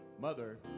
mother